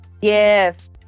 Yes